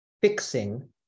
fixing